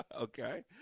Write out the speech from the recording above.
Okay